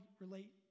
relate